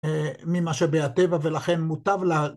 ‫ממה שבהטבע ולכן מוטב לה...